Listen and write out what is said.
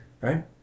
right